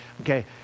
Okay